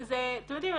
אתם יודעים,